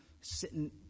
sitting